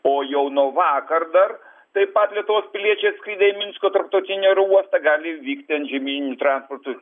o jau nuo vakar dar taip pat lietuvos piliečiai atskridę į minsko tarptautinį oro uostą gali vykti antžemyniniu transportu